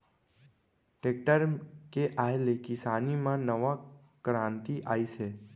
tractor के आए ले किसानी म नवा करांति आइस हे